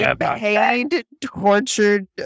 hand-tortured